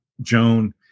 Joan